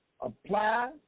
apply